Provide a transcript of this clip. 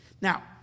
Now